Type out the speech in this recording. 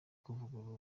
kuvugurura